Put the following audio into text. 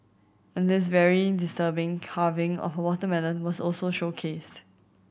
and this very disturbing carving of a watermelon was also showcased